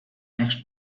next